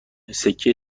سکه